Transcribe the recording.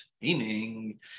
Meaning